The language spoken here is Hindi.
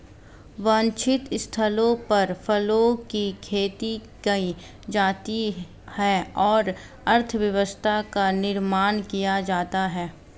वांछित स्थलों पर फलों की खेती की जाती है और अर्थव्यवस्था का निर्माण किया जाता है